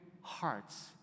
hearts